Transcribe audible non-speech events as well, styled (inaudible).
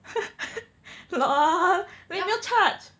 (laughs) lol 你有没有 charge